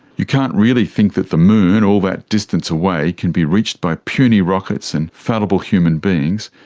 you can't really think that the moon, all that distance away, can be reached by puny rockets and fallible human beings.